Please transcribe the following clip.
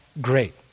great